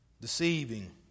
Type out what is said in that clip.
deceiving